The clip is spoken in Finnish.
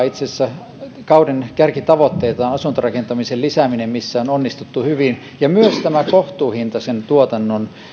itse asiassa kauden kärkitavoitteita on asuntorakentamisen lisääminen missä on onnistuttu hyvin ja myös tämä kohtuuhintaisen tuotannon